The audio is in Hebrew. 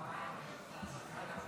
אבל אני מבין שזה לא לפי הפרוטוקול,